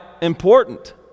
important